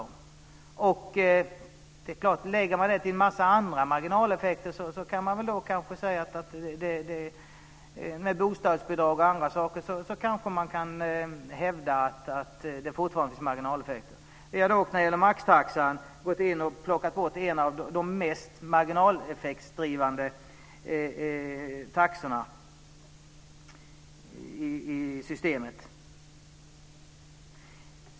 Om man lägger detta till en massa andra marginaleffekter med bostadsbidrag och andra saker så kanske man kan hävda att det fortfarande finns marginaleffekter. Vi har dock när det gäller maxtaxan gått in och plockat bort en av de mest marginaleffektsdrivande taxorna i systemet.